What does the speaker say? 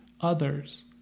others